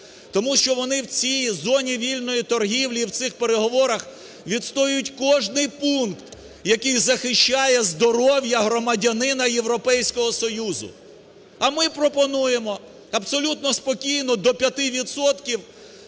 тому що вони в цій зоні вільної торгівлі і в цих переговорах відстоюють кожний пункт, який захищає здоров'я громадянина Європейського Союзу. А ми пропонуємо абсолютно спокійно до 5